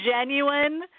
genuine